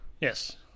Yes